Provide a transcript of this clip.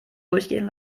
durchgehen